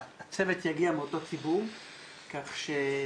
אנחנו נגיע השנה ל-12,000 פניות כתובות,